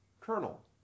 kernel